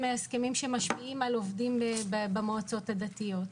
הם מההסכמים שמשפיעים על עובדים במועצות הדתיות,